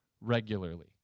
regularly